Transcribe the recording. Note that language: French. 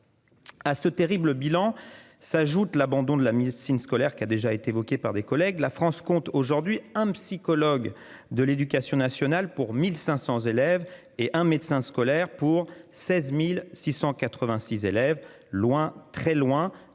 À ce terrible bilan s'ajoute l'abandon de la médecine scolaire qui a déjà été évoquée par des collègues. La France compte aujourd'hui un psychologue de l'éducation nationale pour 1500 élèves et un médecin scolaire pour 16.686 élèves, loin, très loin